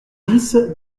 dix